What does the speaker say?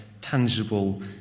tangible